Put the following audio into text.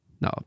No